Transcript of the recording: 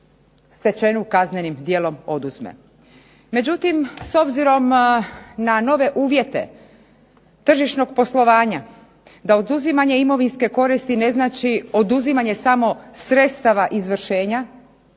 stečenu kaznenim djelom oduzme. Međutim s obzirom na nove uvjete tržišnog poslovanja, da oduzimanje imovinske koristi ne znači oduzimanje samo sredstava izvršenja